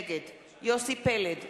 נגד יוסי פלד,